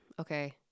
okay